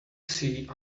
see